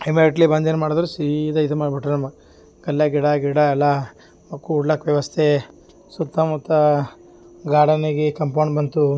immediately ಬಂದು ಏನು ಮಾಡಿದ್ರು ಸೀದ ಇದ್ನ ಮಾಡಿಬಿಟ್ರಮ್ಮ ಕಲ್ಲ ಗಿಡ ಗಿಡ ಎಲ್ಲ ಕೂಡ್ಲಕೆ ವ್ಯವಸ್ಥೆ ಸುತ್ತ ಮುತ್ತ ಗಾರ್ಡನಿಗೆ ಕಂಪೊಂಡ್ ಬಂತು